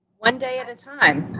one day at a time.